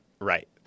right